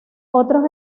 otros